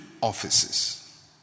offices